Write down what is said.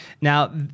Now